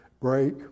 break